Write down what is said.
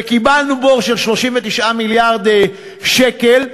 וקיבלנו בור של 39 מיליארד שקל,